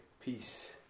Peace